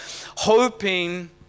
hoping